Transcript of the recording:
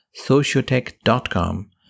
sociotech.com